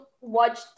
watch